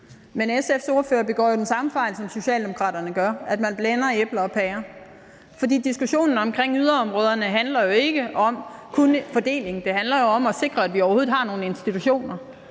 Men SF's ordfører begår jo den samme fejl, som Socialdemokraterne gør: Man blander æbler og pærer. Diskussionen om yderområderne handler jo ikke kun om fordeling; det handler om at sikre, at vi overhovedet har nogen institutioner.